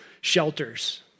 shelters